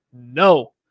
No